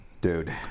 dude